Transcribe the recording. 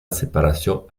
separació